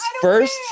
first